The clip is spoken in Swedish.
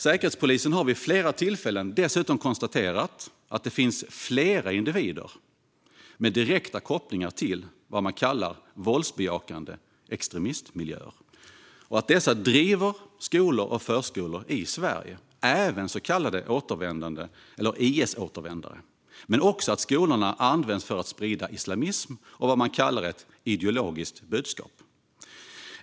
Säkerhetspolisen har vid flera tillfällen konstaterat att det finns flera individer med direkta kopplingar till vad man kallar våldsbejakande extremistmiljöer som driver skolor och förskolor i Sverige. Det gäller även så kallade IS-återvändare. Skolorna används också för att sprida islamism och vad man kallar ett ideologiskt budskap.